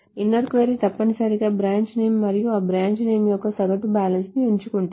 inner query తప్పనిసరిగా branch name మరియు ఆ బ్రాంచ్ నేమ్ యొక్క సగటు బ్యాలెన్స్ని ఎంచుకుంటుంది